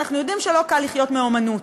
ואנחנו יודעים שלא קל לחיות מאמנות.